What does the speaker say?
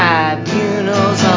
Tribunals